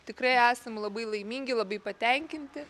tikrai esam labai laimingi labai patenkinti